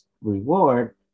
reward